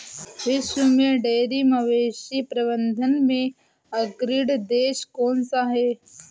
विश्व में डेयरी मवेशी प्रबंधन में अग्रणी देश कौन सा है?